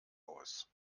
aus